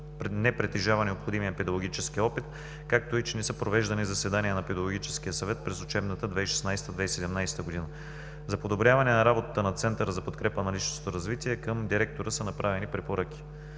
не притежава необходимия педагогически опит, както и че не са провеждани заседания на Педагогическия съвет през учебната 2016-2017 г. За подобряване на работата на Центъра за подкрепа на личностното развитие към директора са направени препоръки.